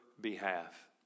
behalf